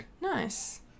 Nice